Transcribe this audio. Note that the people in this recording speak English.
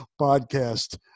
podcast